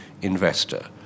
investor